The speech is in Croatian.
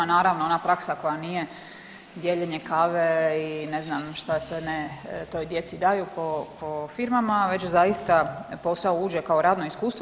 Naravno ona praksa koja nije dijeljenje kave i ne znam šta sve ne toj djeci daju po firmama već zaista posao uđe kao radno iskustvo.